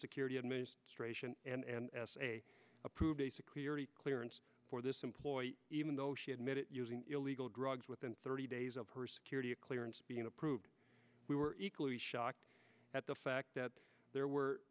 security administration and say approved basically clearance for this employee even though she admitted using illegal drugs within thirty days of her security clearance being approved we were equally shocked at the fact that there were